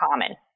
common